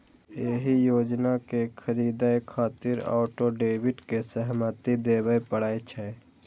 एहि योजना कें खरीदै खातिर ऑटो डेबिट के सहमति देबय पड़ै छै